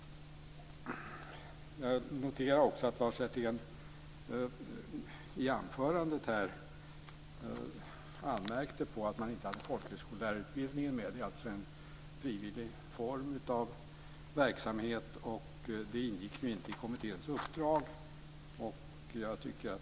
Jag noterar också att Lars Hjertén i sitt anförande anmärkte på att man inte hade tagit med folkhögskolelärarutbildningen med. Det är en frivillig form av verksamhet, och den ingick ju inte i kommitténs uppdrag.